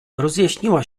rozjaśniła